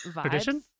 tradition